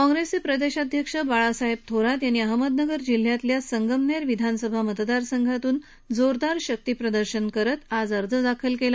काँग्रेसचे प्रदेशाध्यक्ष बाळासाहेब थोरात यांनी अहमदनगर जिल्ह्यातल्या संगमनेर विधानसभा मतदार संघातून जोरदार शक्तीप्रदर्शन करत अर्ज दाखल केला